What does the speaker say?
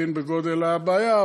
להקטין את גודל הבעיה,